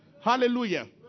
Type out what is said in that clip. Hallelujah